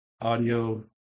audio